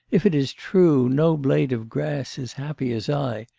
if it is true, no blade of grass is happy as i.